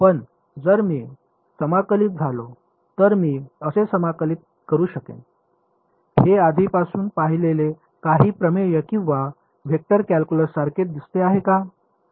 पण जर मी समाकलित झालो तर मी कसे समाकलित करू शकेन हे आधीपासून पाहिलेले काही प्रमेय किंवा वेक्टर कॅल्क्युलससारखे दिसते आहे का